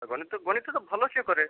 ଆ ଗଣିତ ଗଣିତ ତ ଭଲ ସିଏ କରେ